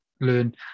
learn